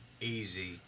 easy